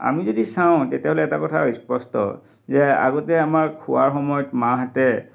আমি যদি চাওঁ তেতিয়া হ'লে এটা কথা স্পষ্ট যে আগতে আমাক শোৱাৰ সময়ত মাহেঁতে